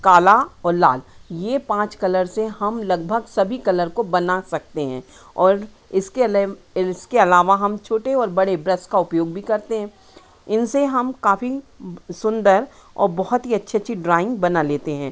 काला और लाल ये पाँच कलर से हम लगभग सभी कलर को बना सकते हैं और इसके इसके अलावा हम छोटे और बड़े ब्रस का उपयोग भी करते हैं इनसे हम काफ़ी सुंदर औ बहुत ही अच्छी अच्छी ड्राॅइंग बना लेते हैं